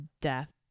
death